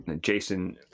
Jason